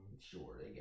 sure